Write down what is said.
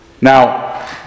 Now